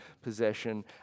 possession